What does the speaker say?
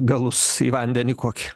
galus į vandenį kokį